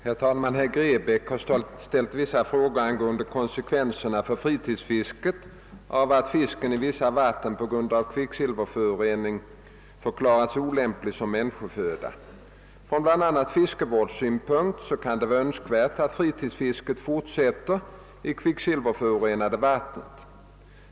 Herr talman! Herr Grebäck har ställt vissa frågor angående konsekvenserna för fritidsfisket av att fisken i vissa vatten på grund av kicksilverförorening förklarats olämplig som människoföda. Från bla. fiskevårdssynpunkt kan det vara önskvärt att fritidsfisket fortsätter i kvicksilverförorenade vatten.